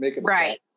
Right